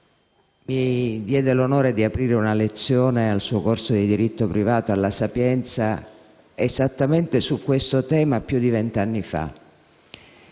mi diede l'onore di aprire una lezione al suo corso di diritto privato alla Sapienza esattamente su questo tema più di vent'anni fa.